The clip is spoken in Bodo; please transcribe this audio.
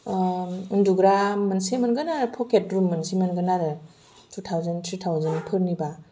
उन्दुग्रा मोनसे मोनगोन पकेट रुम मोनसे मोनगोन आरो टु थावजेन थ्रि थावजेनफोरनिबा